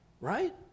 Right